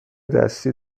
دستی